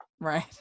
right